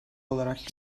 olarak